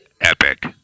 epic